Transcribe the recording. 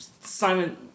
Simon